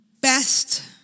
Best